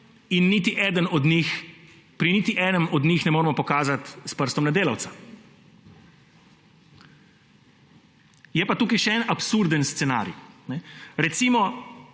je tisoč in pri niti enem od njih ne moremo pokazati s prstom na delavca. Je pa tu še en absurden scenarij. Recimo,